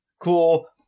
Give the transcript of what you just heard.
cool